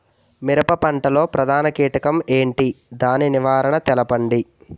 మిరప పంట లో ప్రధాన కీటకం ఏంటి? దాని నివారణ తెలపండి?